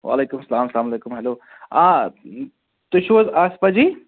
وعلیکُم اسَلام اسَلام علیکُم ہیلو آ تُہۍ چھُ حظ آصِفہ جی